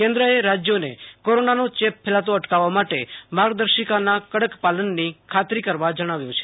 કેન્દ્રએ રાજ્યોને કોરોનાનો ચેપ ફેલાતો અટકાવવા માટે માર્ગદર્શિકાના કડક પાલનની ખાતરી કરવા જણાવ્યું છે